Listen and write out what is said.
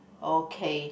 okay